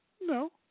No